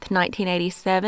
1987